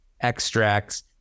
extracts